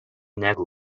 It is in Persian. نگو